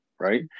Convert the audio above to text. right